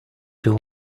two